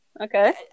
Okay